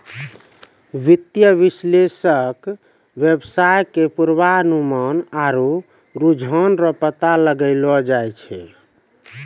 वित्तीय विश्लेषक वेवसाय के पूर्वानुमान आरु रुझान रो पता लगैलो जाय छै